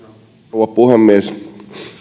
puhemies